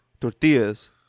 tortillas